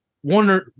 one